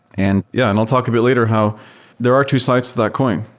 and yeah, and i'll talk a bit later how there are two sides to that coin,